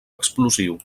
explosiu